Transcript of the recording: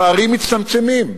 הפערים מצטמצמים.